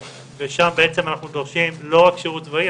ושם בעצם אנחנו דורשים לא רק שירות צבאי,